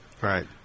right